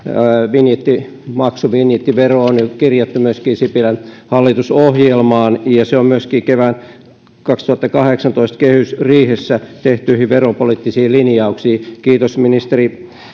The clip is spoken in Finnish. vinjettimaksu vinjettivero on kirjattu myöskin sipilän hallitusohjelmaan ja myöskin kevään kaksituhattakahdeksantoista kehysriihessä tehtyihin veropoliittisiin linjauksiin kiitos ministeri